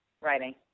Writing